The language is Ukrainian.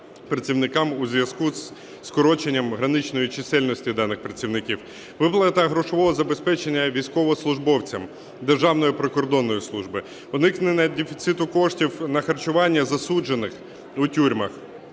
у зв'язку зі скороченням граничної чисельності даних працівників; виплата грошового забезпечення військовослужбовцям, Державної прикордонної служби; уникнення дефіциту коштів на харчування засуджених у тюрмах;